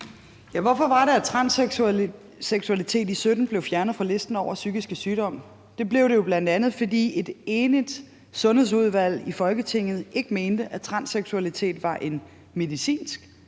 hvorfor var det, at transseksualitet i 2017 blev fjernet fra listen over psykiske sygdomme? Det blev det jo, bl.a. fordi et enigt sundhedsudvalg i Folketinget ikke mente, at transseksualitet var en medicinsk